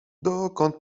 dokąd